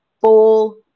full